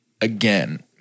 again